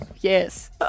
Yes